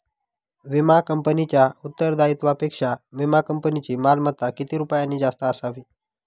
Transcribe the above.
विमा कंपनीच्या उत्तरदायित्वापेक्षा विमा कंपनीची मालमत्ता किती रुपयांनी जास्त असावी?